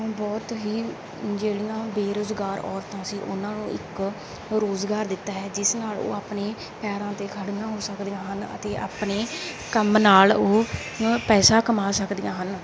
ਬਹੁਤ ਹੀ ਜਿਹੜੀਆਂ ਬੇਰੁਜ਼ਗਾਰ ਔਰਤਾਂ ਸੀ ਉਹਨਾਂ ਨੂੰ ਇੱਕ ਰੋਜ਼ਗਾਰ ਦਿੱਤਾ ਹੈ ਜਿਸ ਨਾਲ ਉਹ ਆਪਣੇ ਪੈਰਾਂ 'ਤੇ ਖੜ੍ਹੀਆਂ ਹੋ ਸਕਦੀਆਂ ਹਨ ਅਤੇ ਆਪਣੇ ਕੰਮ ਨਾਲ ਉਹ ਪੈਸਾ ਕਮਾ ਸਕਦੀਆਂ ਹਨ